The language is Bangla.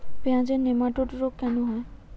পেঁয়াজের নেমাটোড রোগ কেন হয়?